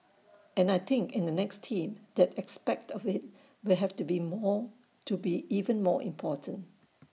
and I think in the next team that aspect of IT will have to be more to be even more important